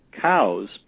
cows